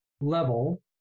level